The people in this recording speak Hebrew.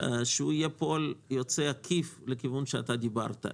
שהוא יהיה פועל יוצא עקיף לכיוון שעליו אתה דיברת.